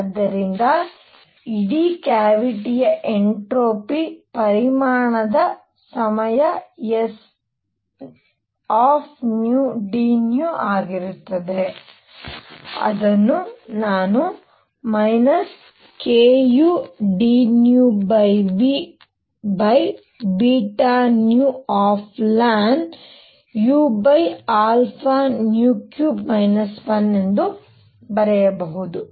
ಆದ್ದರಿಂದ ಇಡೀ ಕ್ಯಾವಿಟಿಯ ಎನ್ಟ್ರೋಪಿ ಪರಿಮಾಣದ ಸಮಯ sd ಆಗಿರುತ್ತದೆ ಅದನ್ನು ನಾನು kudνVβνln⁡ 1⁡ ಎಂದು ಬರೆಯಬಹುದು